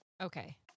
Okay